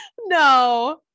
No